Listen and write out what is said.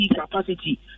capacity